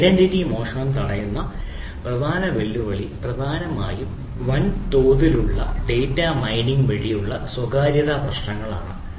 identity മോഷണം തടയുന്നത് പ്രധാന വെല്ലുവിളി പ്രധാനമായും വൻതോതിലുള്ള ഡാറ്റ മൈനിംഗ് വഴിയുള്ള സ്വകാര്യത പ്രശ്നങ്ങൾ ആണ്